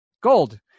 gold